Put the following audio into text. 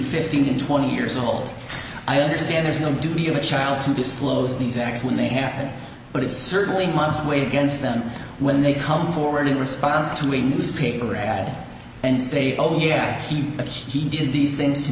fifteen and twenty years old i understand there's going to be a child to disclose these acts when they happen but it certainly must weigh against them when they come forward in response to a newspaper ad and say oh yeah but he did these things to